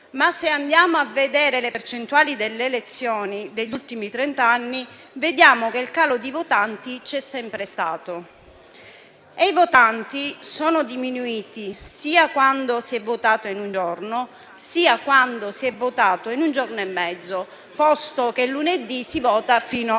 Ma se andiamo a vedere le percentuali delle elezioni degli ultimi trent'anni, notiamo che il calo di votanti c'è sempre stato. I votanti sono diminuiti sia quando si è votato in un giorno sia quando si è votato in un giorno e mezzo, posto che lunedì si vota fino alle